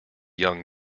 young